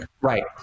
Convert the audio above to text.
right